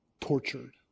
Tortured